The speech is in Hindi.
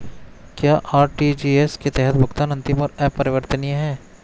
क्या आर.टी.जी.एस के तहत भुगतान अंतिम और अपरिवर्तनीय है?